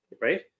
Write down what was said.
right